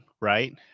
right